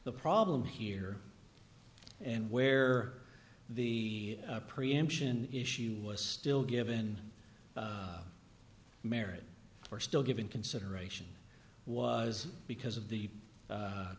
the problem here and where the preemption issue was still given merit are still given consideration was because of the